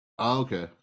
okay